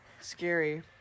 scary